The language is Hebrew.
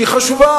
שהיא חשובה,